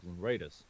Raiders